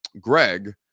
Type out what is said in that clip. Greg